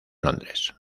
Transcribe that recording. londres